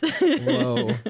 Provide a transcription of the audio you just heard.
Whoa